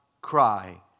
cry